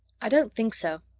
i don't think so.